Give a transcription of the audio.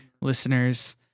listeners